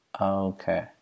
okay